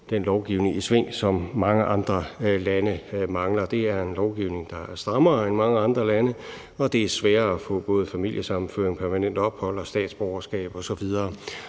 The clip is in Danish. den lovgivning i sving, som mange andre lande mangler. Det er en lovgivning, som er strammere end i mange andre lande, og det er sværere at få både familiesammenføring, permanent ophold og statsborgerskab osv.